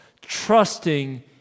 trusting